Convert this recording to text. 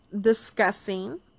discussing